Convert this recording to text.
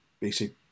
basic